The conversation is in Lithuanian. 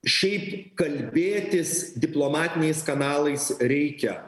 šiaip kalbėtis diplomatiniais kanalais reikia